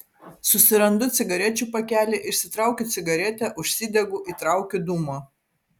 susirandu cigarečių pakelį išsitraukiu cigaretę užsidegu įtraukiu dūmo